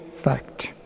fact